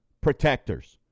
protectors